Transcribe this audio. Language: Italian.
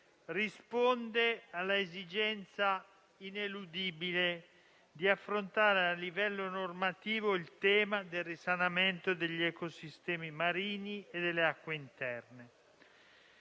risponde all'esigenza ineludibile di affrontare a livello normativo il tema del risanamento degli ecosistemi marini e delle acque interne.